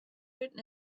written